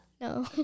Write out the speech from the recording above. No